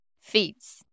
feats